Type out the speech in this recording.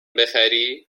بخری